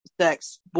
sex